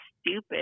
stupid